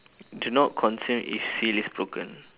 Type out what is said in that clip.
do not consume if seal is broken